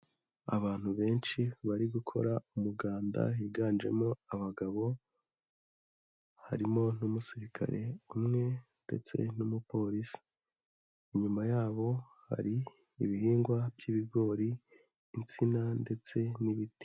Abantu benshi bari gukora umuganda higanjemo abagabo, harimo n'umusirikare umwe ndetse n'umupolisi, inyuma yabo hari ibihingwa by'ibigori, insina ndetse n'ibiti.